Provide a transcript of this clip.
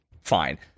fine